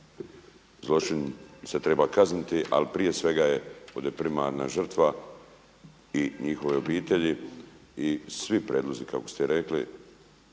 zločin se treba kazniti ali prije svega je, bude primarna žrtva i njihove obitelji. I svi prijedlozi kako ste rekli,